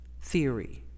Theory